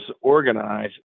organized